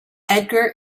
edgar